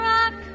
Rock